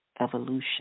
evolution